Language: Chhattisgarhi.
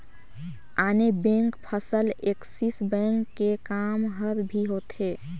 आने बेंक फसल ऐक्सिस बेंक के काम हर भी होथे